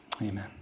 Amen